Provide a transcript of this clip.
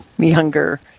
younger